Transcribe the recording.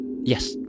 Yes